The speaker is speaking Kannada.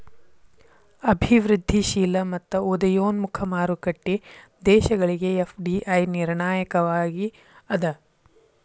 ಅಭಿವೃದ್ಧಿಶೇಲ ಮತ್ತ ಉದಯೋನ್ಮುಖ ಮಾರುಕಟ್ಟಿ ದೇಶಗಳಿಗೆ ಎಫ್.ಡಿ.ಐ ನಿರ್ಣಾಯಕವಾಗಿ ಅದ